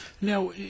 Now